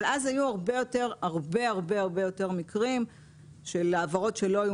אבל אז היו הרבה יותר מקרים של העברות שלא היו